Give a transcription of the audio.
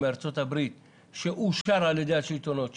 מארצות הברית שאושר על ידי השלטונות שם,